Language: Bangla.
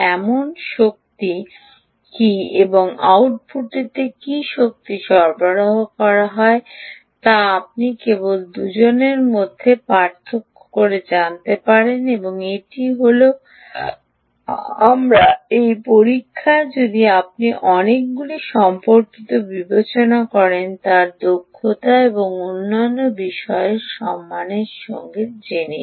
এমন শক্তি কী এবং আউটপুটটিতে কী শক্তি সরবরাহ করা হয় তা আপনি কেবল দুজনের মধ্যে পার্থক্য জানতে চান এবং এটি হল আমরা এই পরীক্ষায় যদি আপনি অনেকগুলি সম্পর্কিত বিবেচনা করেন দক্ষতা এবং অন্যান্য বিষয়ে সম্মান সঙ্গে জিনিস